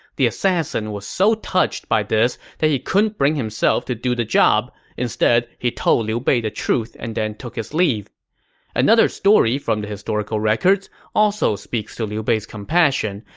the assassin was so touched by this that he couldn't bring himself to do the job. instead, he told liu bei the truth and then took his leave another story from the historical records also speaks to liu bei's compassion,